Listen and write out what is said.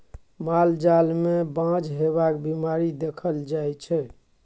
माल जाल मे बाँझ हेबाक बीमारी देखल जाइ छै